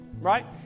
right